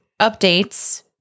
updates